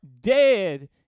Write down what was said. dead